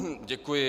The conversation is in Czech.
Děkuji.